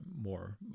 more